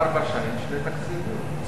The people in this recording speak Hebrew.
להשיב על ההצעה לסדר-היום.